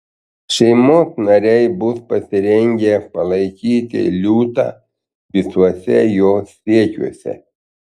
šeimos nariai bus pasirengę palaikyti liūtą visuose jo siekiuose